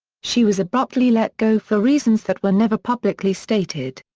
she was abruptly let go for reasons that were never publicly stated.